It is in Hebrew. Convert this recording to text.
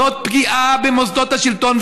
זאת פגיעה במוסדות השלטון.